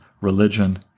religion